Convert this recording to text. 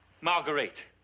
Marguerite